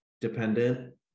dependent